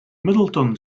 middleton